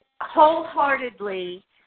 wholeheartedly